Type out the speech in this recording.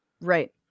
Right